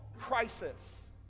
crisis